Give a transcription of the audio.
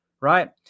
right